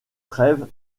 trêve